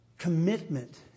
commitment